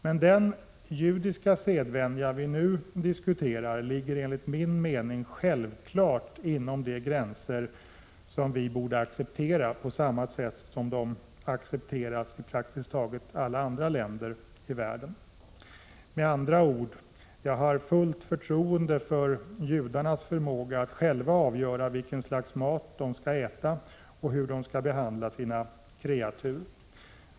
Men den judiska sedvänja vi nu diskuterar ligger enligt min mening självfallet inom de gränser som vi borde acceptera på samma sätt som de accepteras i praktiskt taget alla andra länder i världen. Med andra ord har jag fullt förtroende för judarnas förmåga att själva avgöra vilket slags mat de skall äta och hur de skall behandla sina kreatur.